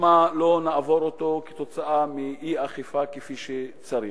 שמא נעבור אותו בגלל אי-אכיפה כפי שצריך,